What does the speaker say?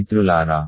మిత్రులారా